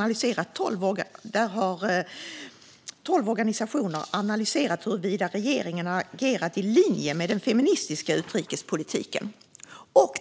har 12 organisationer analyserat huruvida regeringen har agerat i linje med den feministiska utrikespolitiken.